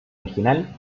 regional